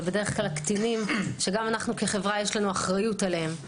זה בדרך כלל קטינים שאנו כחברה יש לנו אחריות עליהם.